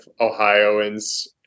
Ohioans